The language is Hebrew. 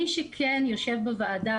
מי שכן יושב בוועדה,